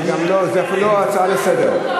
זה אפילו לא הצעה לסדר.